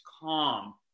calm